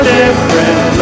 different